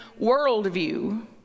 worldview